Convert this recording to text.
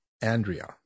andrea